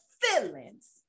feelings